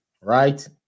right